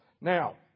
Now